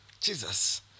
Jesus